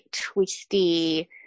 twisty